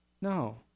No